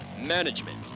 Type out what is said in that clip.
management